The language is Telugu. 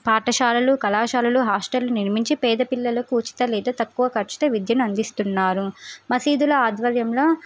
పాఠశాలలు కళాశాలలు హాస్టల్ నిర్మించి పేద పిల్లలకు ఉచిత లేదా తక్కువ ఖర్చుతో విద్యను అందిస్తున్నారు మసీదుల ఆధవర్యంలో